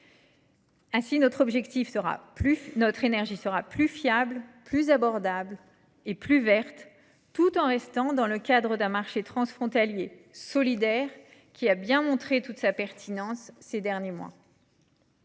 Notre énergie sera ainsi plus fiable, plus abordable et plus verte, tout en restant dans le cadre d’un marché transfrontalier solidaire qui a montré toute sa pertinence ces derniers mois.